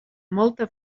molta